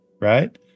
right